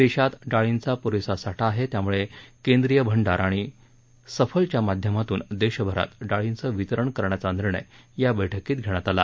देशात डाळींचा पुरेसा साठा आहे त्यामुळे केंद्रीय भंडार आणि सफलच्या माध्यमातून देशभरात डाळींचं वितरण करण्याचा निर्णय या बैठकीत घेण्यात आला